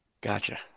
Gotcha